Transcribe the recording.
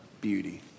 beauty